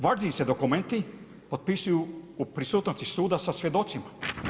Važniji se dokumenti potpisuju u prisutnosti suda sa svjedocima.